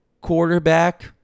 quarterback